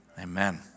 Amen